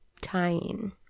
Tying